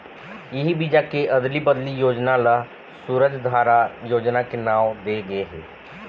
इही बीजा के अदली बदली योजना ल सूरजधारा योजना के नांव दे गे हे